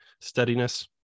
steadiness